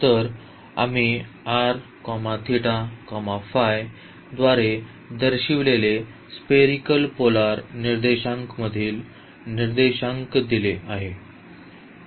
तर आम्ही द्वारे दर्शविलेले स्पेरीकल पोलर निर्देशांकामधील निर्देशांक दिले